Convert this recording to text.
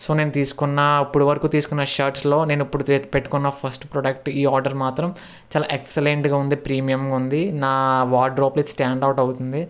so నేను తీసుకున్న ఇప్పుడివరకు తీసుకున్న షర్ట్స్లో నేనిప్పుడు పెట్టుకున్న ఫస్ట్ ప్రొడక్ట్ ఈ ఆర్డర్ మాత్రం చాలా ఎక్సలెంట్గా ఉంది ప్రీమియంగా ఉందీ నా వార్డ్రోబ్లో ఇది స్టాండ్ ఔట్ అవుతుంది